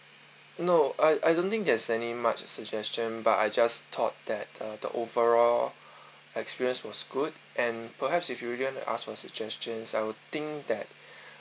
no I I don't think there's any much suggestion but I just thought that uh the overall experience was good and perhaps if you really ask for suggestions I would think that